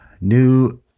new